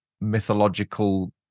mythological